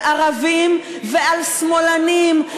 על ערבים ועל שמאלנים,